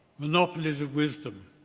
monopolies of wisdom.